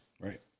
Right